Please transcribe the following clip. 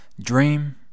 Dream